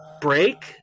break